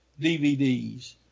DVDs